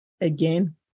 again